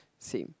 same